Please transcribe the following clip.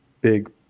big